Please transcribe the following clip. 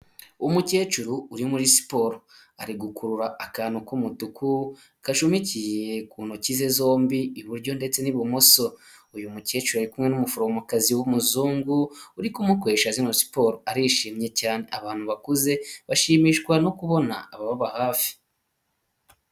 Umukecuru uri muri siporo ari gukurura akantu k'umutuku, kashumikiye ku ntoki ze zombi iburyo ndetse n'ibumoso, uyu mukecuru ari kumwe n'umuforomokazi w'umuzungu uri kumukoresha zino siporo arishimye cyane, abantu bakuze bashimishwa no kubona abababa hafi.